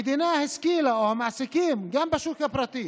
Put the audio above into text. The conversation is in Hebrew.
המדינה השכילה, או המעסיקים, גם בשוק הפרטי,